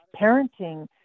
parenting